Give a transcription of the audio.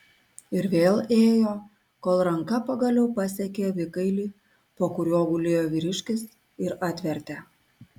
ir vėl ėjo kol ranka pagaliau pasiekė avikailį po kuriuo gulėjo vyriškis ir atvertė